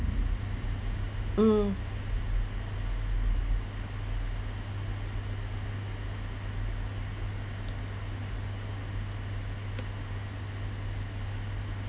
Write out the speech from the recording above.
mm